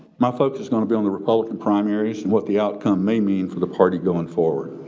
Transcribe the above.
my focus is gonna be on the republican primaries and what the outcome may mean for the party going forward.